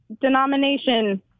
denomination